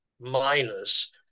miners